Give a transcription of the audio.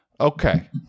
Okay